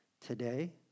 Today